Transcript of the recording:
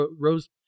Rose